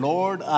Lord